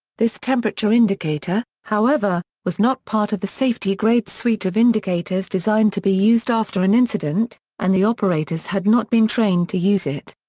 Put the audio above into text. this temperature indicator, however, was not part of the safety grade suite of indicators designed to be used after an incident, and the operators had not been trained to use it.